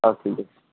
ହଉ ଠିକ୍ଅଛି